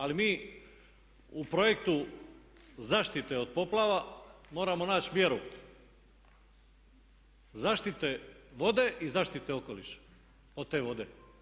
Ali mi u projektu zaštite od poplava moramo naći mjeru zaštite vode i zaštite okoliša od te vode.